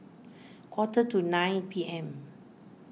quarter to nine P M